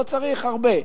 לא צריך הרבה,